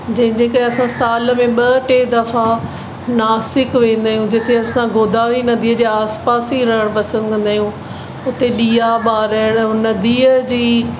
जंहिंजे करे असां साल में ॿ टे दफ़ा नासिक वेंदा आहियूं जिते असां गोदावरी नदीअ जे आस पास ई रहण पसंद कंदा आहियूं हुते ॾीआ बाराण उहा नदीअ जी